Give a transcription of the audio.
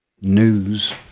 news